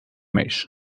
mês